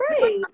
great